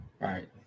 Right